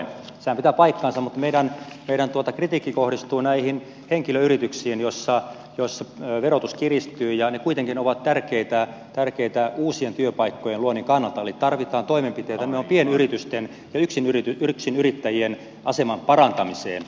sehän pitää paikkansa mutta meidän kritiikkimme kohdistuu näihin henkilöyrityksiin joissa verotus kiristyy ja ne kuitenkin ovat tärkeitä uusien työpaikkojen luonnin kannalta eli tarvitaan toimenpiteitä nimenomaan pienyritysten ja yksinyrittäjien aseman parantamiseen